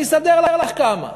אני אסדר לך כמה.